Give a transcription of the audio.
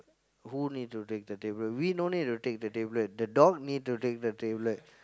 who need to take the tablet we no need to take the tablet the dog need to take the tablet